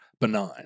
benign